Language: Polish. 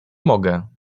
mogę